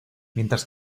mientras